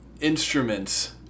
instruments